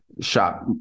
shop